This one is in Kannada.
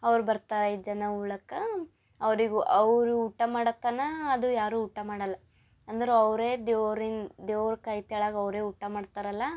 ಅವ್ರು ಬರ್ತಾರೆ ಐದು ಜನ ಉಣ್ಣಕ್ಕ ಅವರಿಗೂ ಅವರು ಊಟ ಮಾಡಕ್ಕನ ಅದು ಯಾರೂ ಊಟ ಮಾಡಲ್ಲ ಅಂದರೆ ಅವರೇ ದೇವ್ರಿನ ದೇವ್ರ ಕೈ ತೆಳಗೆ ಅವರೇ ಊಟ ಮಾಡ್ತಾರಲ್ಲ